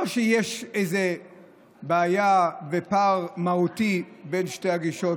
לא שיש איזו בעיה ופער מהותי בין שתי הגישות,